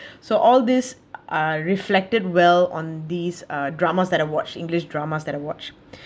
so all this are reflected well on these uh dramas that I watch english drama that I watch